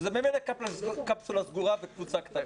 כשאלה ממילא קפסולה סגורה וקבוצה קטנה?